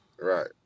Right